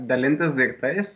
dalintis daiktais